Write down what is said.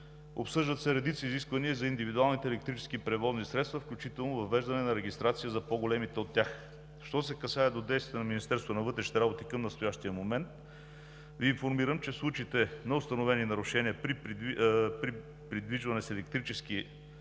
Обсъждат се редица изисквания за индивидуалните електрически превозни средства, включително въвеждане на регистрация за по-големите от тях. Що се касае до действията на Министерството на вътрешните работи към настоящия момент Ви информирам, че в случаите на установени нарушения при придвижване с електрически